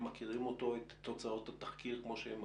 מכירים אותו ואת תוצאות התחקיר כמו שהם מכירים.